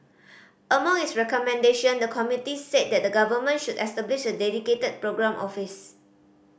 among its recommendation the committee said the Government should establish a dedicated programme office